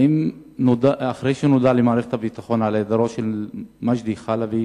האם אחרי שנודע למערכת הביטחון על היעדרו של מג'די חלבי